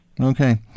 Okay